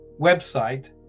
website